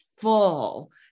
full